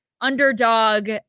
underdog